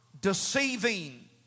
deceiving